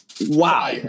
wow